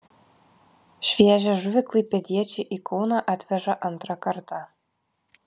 šviežią žuvį klaipėdiečiai į kauną atveža antrą kartą